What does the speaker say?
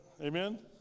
Amen